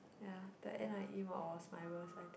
ya the n_i_e mod was my worst I think